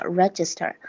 register